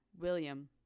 William